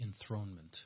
enthronement